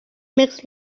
makes